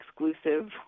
exclusive